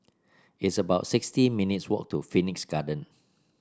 it's about sixty minutes' walk to Phoenix Garden